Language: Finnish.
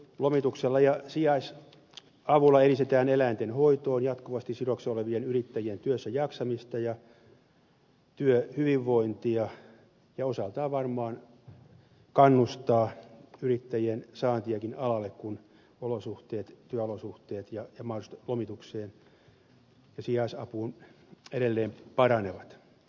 lomituksella ja sijaisavulla edistetään eläinten hoitoon jatkuvasti sidoksissa olevien yrittäjien työssäjaksamista ja työhyvinvointia ja osaltaan varmaan kannustetaan yrittäjien saantiakin alalle kun työolosuhteet ja mahdollisuudet lomitukseen ja sijaisapuun edelleen paranevat